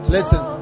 Listen